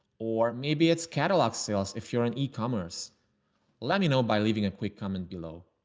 or maybe it's catalog sales. if you're an e-commerce, let me know by leaving a quick comment below.